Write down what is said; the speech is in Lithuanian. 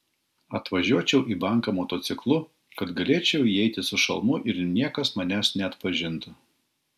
atvažiuočiau į banką motociklu kad galėčiau įeiti su šalmu ir niekas manęs neatpažintų